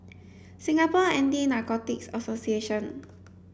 Singapore Anti Narcotics Association